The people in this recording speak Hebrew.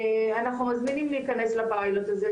אנחנו מזמינים להיכנס לפיילוט הזה,